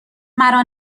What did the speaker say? مرا